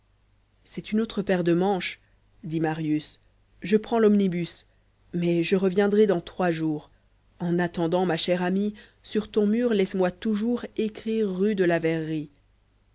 c'est une autre paire de manche dit marius je prends l'omnibus mais je reviendrai dans trois jours en attendant ma chère amie sûr ton mur laisse-moi toujours écrire rue de la verrerie